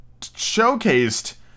showcased